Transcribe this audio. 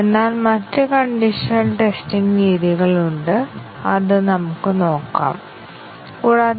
അതിനാൽ ബ്ലാക്ക് ബോക്സും white box ടെസ്റ്റിംഗും ആവശ്യമാണ് ഇതിനെ കോംപ്ലിമെന്ററി ടെസ്റ്റിംഗ് തന്ത്രങ്ങൾ എന്ന് വിളിക്കുന്നു